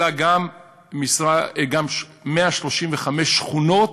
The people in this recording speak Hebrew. אלא גם 135 שכונות